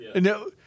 No